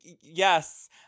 yes